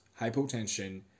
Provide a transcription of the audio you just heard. hypotension